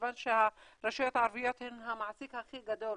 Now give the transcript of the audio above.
כיוון שהרשויות הערביות הן המעסיק הכי גדול